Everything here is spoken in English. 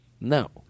No